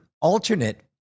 alternate